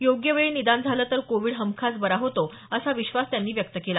योग्य वेळी निदान झालं तर कोविड हमखास बरा होतो असा विश्वास त्यांनी व्यक्त केला